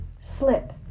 slip